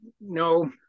no